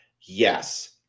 yes